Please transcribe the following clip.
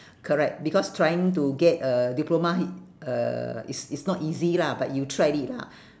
correct because trying to get a diploma hi~ uh it's it's not easy lah but you tried it lah